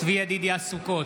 בעד צבי ידידיה סוכות,